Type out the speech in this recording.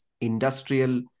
industrial